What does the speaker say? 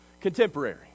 contemporary